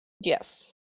Yes